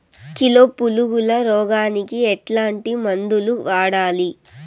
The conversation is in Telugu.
కిలో పులుగుల రోగానికి ఎట్లాంటి మందులు వాడాలి?